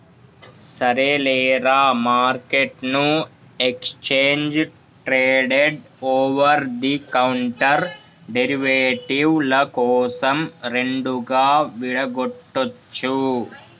సరేలేరా, మార్కెట్ను exchange traded over the counter derivative ల కోసం రెండుగా విడగొట్టొచ్చు